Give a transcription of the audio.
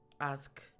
ask